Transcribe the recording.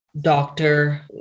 doctor